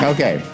Okay